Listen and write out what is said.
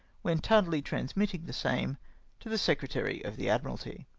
when tardily transmitting the same to the secretary of the admiralty.